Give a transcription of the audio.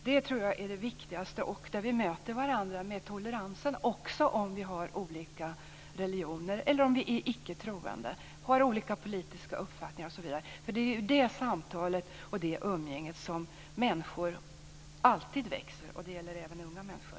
Det tror jag är det viktigaste, liksom att vi möter varandra med tolerans om vi har olika religioner, om vi är icke-troende, har olika politiska uppfattningar osv., för det är ju det samtalet och det umgänget som människor alltid växer av. Det gäller även unga människor.